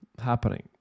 happening